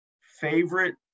Favorite